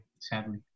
sadly